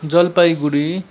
Jalpaiguri